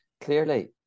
clearly